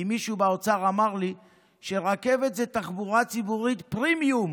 כי מישהו באוצר אמר לי שרכבת היא תחבורה ציבורית פרמיום.